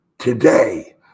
Today